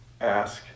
ask